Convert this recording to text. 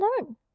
learn